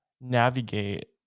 navigate